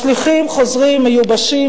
השליחים חוזרים מיובשים,